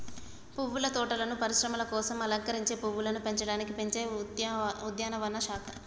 పువ్వుల తోటలను పరిశ్రమల కోసం అలంకరించే పువ్వులను పెంచడానికి పెంచే ఉద్యానవన శాఖ